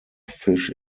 fish